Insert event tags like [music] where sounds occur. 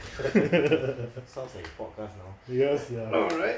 [laughs] ya sia